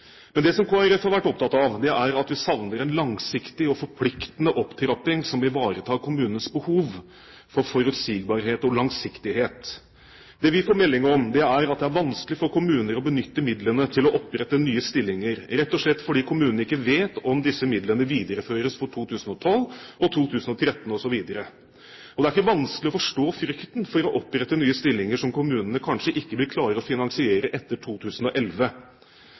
Men det Kristelig Folkeparti har vært opptatt av, er at vi savner en langsiktig og forpliktende opptrapping som ivaretar kommunenes behov for forutsigbarhet og langsiktighet. Det vi får melding om, er at det er vanskelig for kommuner å benytte midlene til å opprette nye stillinger, rett og slett fordi kommunene ikke vet om disse midlene videreføres for 2012, 2013 osv. Det er ikke vanskelig å forstå frykten for å opprette nye stillinger som kommunene kanskje ikke vil klare å finansiere etter 2011.